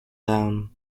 down